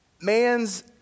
Man's